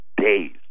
days